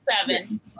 seven